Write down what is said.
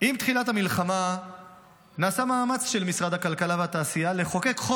עם תחילת המלחמה נעשה מאמץ של משרד הכלכלה והתעשייה לחוקק חוק